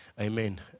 Amen